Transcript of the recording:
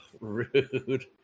rude